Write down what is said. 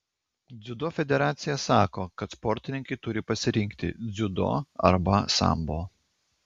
dziudo federacija sako kad sportininkai turi pasirinkti dziudo arba sambo